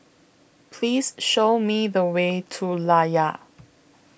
Please Show Me The Way to Layar